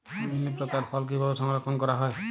বিভিন্ন প্রকার ফল কিভাবে সংরক্ষণ করা হয়?